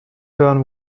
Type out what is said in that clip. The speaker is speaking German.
hören